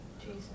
Jesus